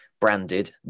branded